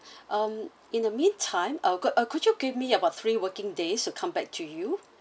um in the meantime uh could could you give me about three working days to come back to you